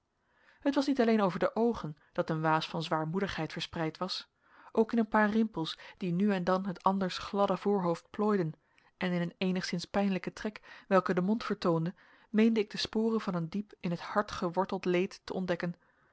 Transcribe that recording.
het was niet alleen over de oogen dat een waas van zwaarmoedigheid verspreid was ook in een paar rimpels die nu en dan het anders gladde voorhoofd plooiden en in een eenigszins pijnlijken trek welken de mond vertoonde meende ik de sporen van een diep in t hart geworteld leed te ontdekken